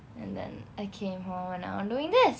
and then I came home and now I'm doing this